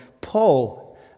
Paul